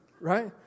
right